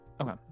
Okay